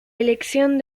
elección